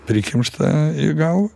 prikimšta į galvą